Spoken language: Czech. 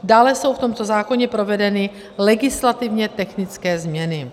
Dále jsou v tomto zákoně provedeny legislativně technické změny.